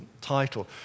title